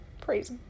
Praise